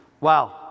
Wow